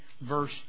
verse